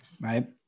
Right